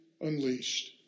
unleashed